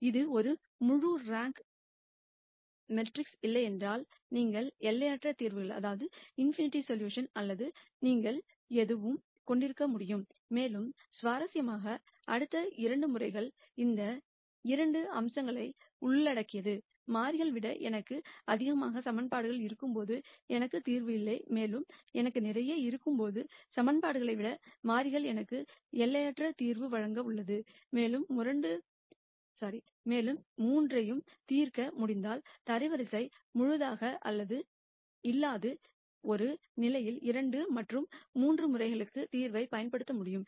இது ஒரு full rank மேட்ரிக்ஸாக இல்லையென்றால் நீங்கள் இன்பிநெட் தீர்வுகள் அல்லது தீர்வுகள் எதுவும் கொண்டிருக்க முடியாது மேலும் சுவாரஸ்யமாக அடுத்த 2 முறைகள் இந்த 2 அம்சங்களை உள்ளடக்கியது மாறிகள் விட எனக்கு அதிகமான சமன்பாடுகள் இருக்கும்போது எனக்கு தீர்வு இல்லை மேலும் எனக்கு நிறைய இருக்கும்போது ஈகிவேஷன்களை விட வேரியபிள்கள் எனக்கு இன்பிநெட் தீர்வுகள் உள்ளது மேலும் 3 ஐயும் தீர்க்க முடிந்ததால் தரவரிசை முழுதாக இல்லாத ஒரு நிலையில் 2 மற்றும் 3 முறைகளுக்கு தீர்வைப் பயன்படுத்த முடியும்